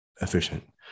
efficient